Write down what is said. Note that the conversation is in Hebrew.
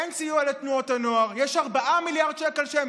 אין סיוע לתנועות הנוער, יש 4 מיליארד שקל שהם